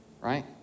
right